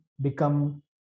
become